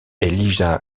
elisa